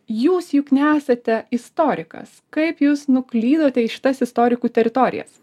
jūs juk nesate istorikas kaip jūs nuklydote į šitas istorikų teritorijas